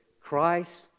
Christ